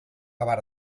avar